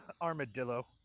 armadillo